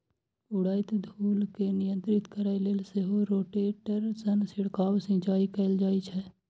उड़ैत धूल कें नियंत्रित करै लेल सेहो रोटेटर सं छिड़काव सिंचाइ कैल जाइ छै